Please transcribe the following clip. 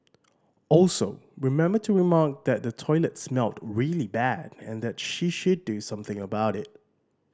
also remember to remark that the toilet smelled really bad and that she should do something about it